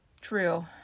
True